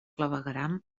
clavegueram